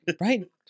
right